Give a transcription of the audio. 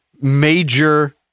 major